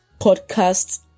Podcasts